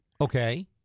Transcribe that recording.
Okay